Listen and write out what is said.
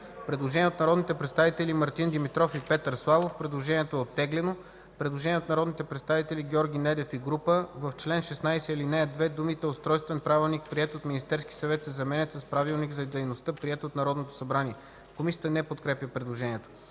Предложение от народните представители Мартин Димитров и Петър Славов. Предложението е оттеглено. Предложение от народните представители Георги Недев и група. „В чл. 16, ал. 2 думите „устройствен правилник, приет от Министерския съвет” се заменят с „правилник за дейността, приет от Народното събрание”.” Комисията не подкрепя предложението.